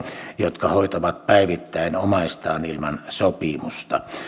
jotka hoitavat päivittäin omaistaan ilman sopimusta